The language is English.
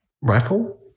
rifle